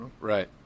Right